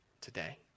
today